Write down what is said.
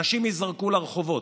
אנשים ייזרקו לרחובות,